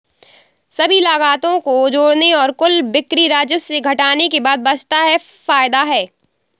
सभी लागतों को जोड़ने और कुल बिक्री राजस्व से घटाने के बाद बचता है फायदा है